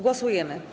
Głosujemy.